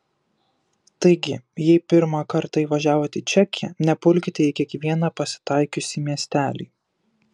taigi jei pirmą kartą įvažiavote į čekiją nepulkite į kiekvieną pasitaikiusį miestelį